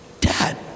Dad